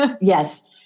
Yes